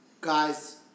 Guys